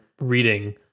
reading